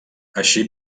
així